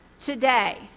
Today